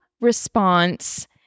response